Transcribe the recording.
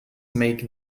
make